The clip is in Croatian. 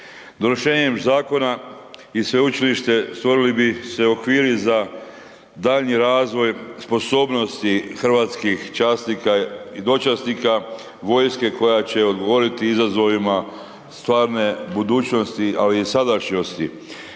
Donošenjem zakona i sveučilište stvorili bi se okviri za daljnji razvoj sposobnosti hrvatskih časnika i dočasnika, vojske koja će odgovoriti izazovima stvarne budućnosti, ali i sadašnjosti